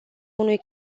unui